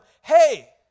hey